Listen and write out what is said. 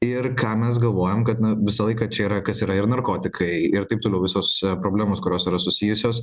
ir ką mes galvojom kad na visą laiką čia yra kas yra ir narkotikai ir taip toliau visos problemos kurios yra susijusios